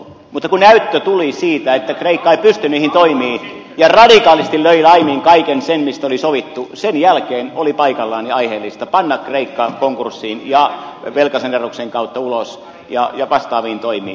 mutta kun näyttö tuli siitä että kreikka ei pysty niihin toimiin ja radikaalisti löi laimin kaiken sen mistä oli sovittu sen jälkeen oli paikallaan ja aiheellista panna kreikka konkurssiin ja velkasaneerauksen kautta ulos ja vastaaviin toimiin